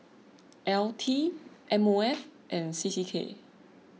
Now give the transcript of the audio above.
L T M O F and C C K